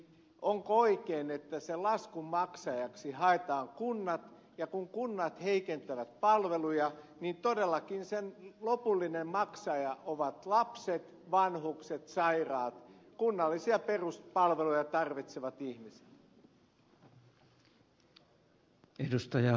onko oikein että sen laskun maksajaksi haetaan kunnat ja kun kunnat heikentävät palveluja niin todellakin lopullisia maksajia ovat lapset vanhukset sairaat kunnallisia peruspalveluja tarvitsevat ihmiset